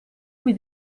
cui